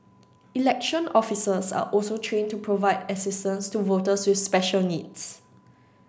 election officers are also trained to provide assistance to voters with special needs